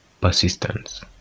Persistence